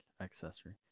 accessory